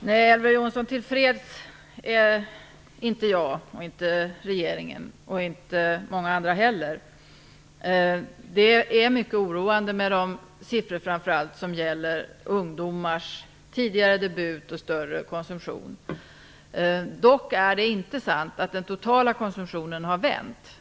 Fru talman! Nej, varken jag eller regeringen är till freds. Det är inte många andra heller. Det är mycket oroande med de siffror som gäller framför allt ungdomars tidigare debut och större konsumtion. Det är dock inte sant att den totala konsumtionen har vänt.